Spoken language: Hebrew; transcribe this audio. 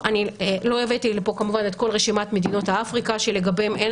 לא הבאתי לפה כמובן את כל רשימת מדינות אפריקה שלגביהן אין